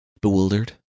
Bewildered